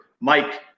Mike